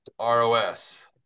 ROS